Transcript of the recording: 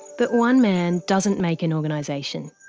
but one man doesn't make an organisation,